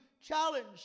challenge